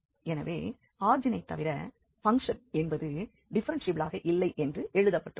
எனவே ஆரிஜினைத் தவிர பங்க்ஷன் என்பது டிஃப்ஃபெரென்ஷியபிளாக இல்லை என்று எழுதப்பட்டுள்ளது